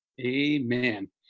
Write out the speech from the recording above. Amen